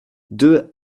deux